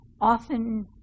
often